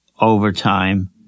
overtime